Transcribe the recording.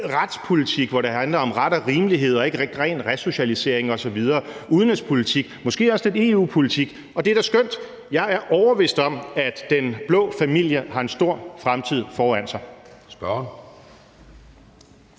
retspolitik, hvor det handler om ret og rimelighed og ikke ren resocialisering osv.; udenrigspolitik og måske også lidt EU-politik. Og det er skønt. Jeg er overbevist om, at den blå familie har en stor fremtid foran sig.